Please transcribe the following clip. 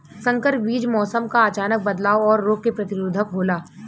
संकर बीज मौसम क अचानक बदलाव और रोग के प्रतिरोधक होला